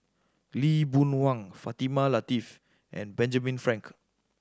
Lee Boon Wang Fatimah Lateef and Benjamin Frank